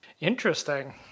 Interesting